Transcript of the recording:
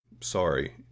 Sorry